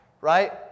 Right